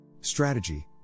Strategy